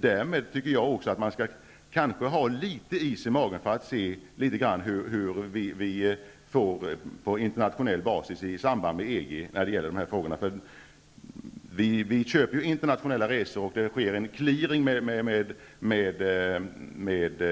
Därmed behöver man nog ha litet is i magen för att kunna vänta och se hur det blir på internationell basis i samband med EG när det gäller de här frågorna. Vi köper ju internationella resor, och det sker en ''clearing'' med